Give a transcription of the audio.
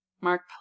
Mark